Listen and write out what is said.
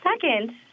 second